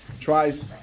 tries